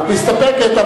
את מסתפקת,